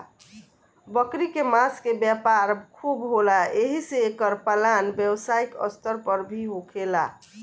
बकरी के मांस के व्यापार खूब होला एही से एकर पालन व्यवसायिक स्तर पर भी होखेला